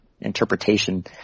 interpretation